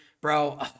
bro